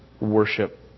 worship